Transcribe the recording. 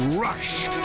Rush